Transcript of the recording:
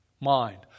Mind